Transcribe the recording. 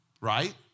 right